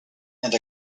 and